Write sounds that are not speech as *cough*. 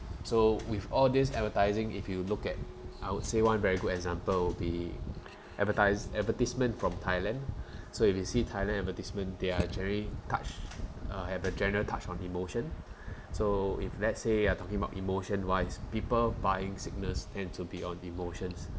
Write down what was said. so with all these advertising if you look at I would say one very good example will be advertise advertisement from thailand *breath* so you can see thailand advertisement they are actually touch uh have a general touch on emotion so if let's say you are talking about emotion wise people buying sickness tend to be on emotions